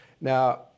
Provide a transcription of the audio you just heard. Now